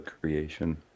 creation